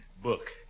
Book